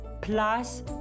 Plus